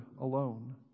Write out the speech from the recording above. alone